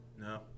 No